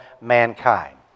mankind